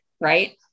right